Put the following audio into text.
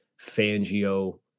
Fangio